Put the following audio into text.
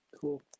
Cool